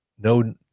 no